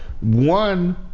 one